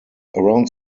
around